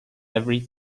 every